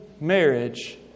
marriage